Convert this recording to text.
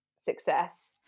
success